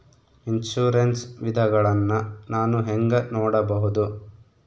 Insurance ವಿಧಗಳನ್ನ ನಾನು ಹೆಂಗ ನೋಡಬಹುದು?